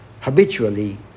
habitually